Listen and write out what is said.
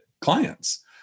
clients